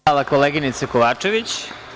Hvala koleginice Kovačević.